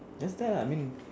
just tell lah I mean